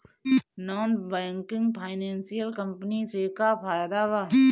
Non banking financial company से का फायदा बा?